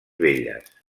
velles